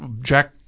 jack